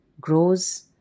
grows